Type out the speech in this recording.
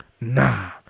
Nah